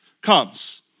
comes